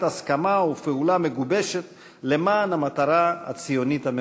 הסכמה ופעולה מגובשת למען המטרה הציונית המרכזית.